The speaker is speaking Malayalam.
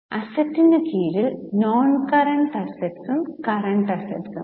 അസ്സെറ്റ്സിനു കീഴിൽ നോൺ കറണ്ട് അസ്സെറ്റ്സും കറണ്ട് അസ്സെറ്റ്സും